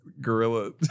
gorilla